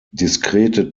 diskrete